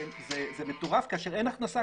זה מטורף כאשר כרגע אין הכנסה.